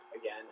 Again